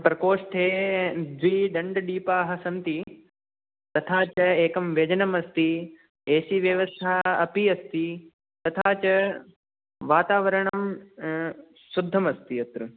प्रकोष्ठे द्वि दण्डदीपाः सन्ति तथा च एकं व्यजनम् अस्ति ए सी व्यवस्था अपि अस्ति तथा च वातावरणम् शुद्धम् अस्ति अत्र